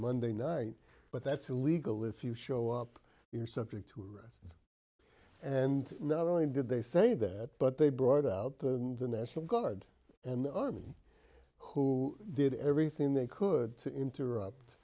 monday night but that's illegal if you show up you're subject to arrest and not only did they say that but they brought out the national guard and the army who did everything they could to interrupt